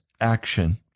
action